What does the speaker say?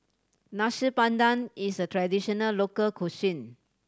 Nasi Padang is a traditional local cuisine